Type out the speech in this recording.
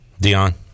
Dion